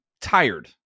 tired